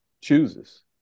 chooses